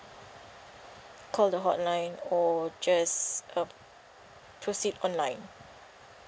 call the hotline or just uh proceed online